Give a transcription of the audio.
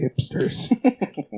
hipsters